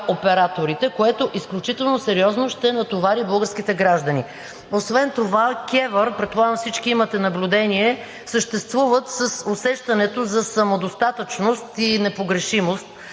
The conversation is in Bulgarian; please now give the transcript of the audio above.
операторите, което изключително сериозно ще натовари българските граждани. Освен това КЕВР, предполагам всички имате наблюдение, съществуват с усещането за самодостатъчност и непогрешимост.